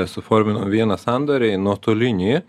suforminau vieną sandorį nuotolinį